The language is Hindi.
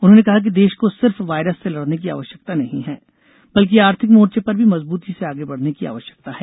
उन्होंने कहा कि देश को सिर्फ वायरस से लडने की आवश्यकता नहीं है बल्कि आर्थिक मोर्चे पर भी मजबूती से आगे बढने की आवश्यकता है